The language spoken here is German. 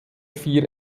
vier